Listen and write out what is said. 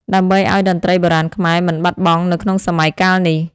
ដើម្បីឲ្យតន្ត្រីបុរាណខ្មែរមិនបាត់បង់នៅក្នុងសម័យកាលនេះ។